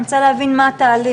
אני רוצה להבין מה התהליך.